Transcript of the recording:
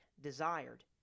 desired